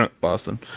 Boston